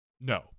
no